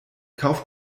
kauf